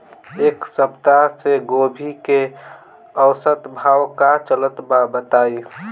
एक सप्ताह से गोभी के औसत भाव का चलत बा बताई?